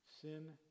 sin